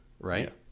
right